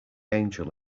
angel